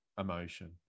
emotion